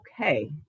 okay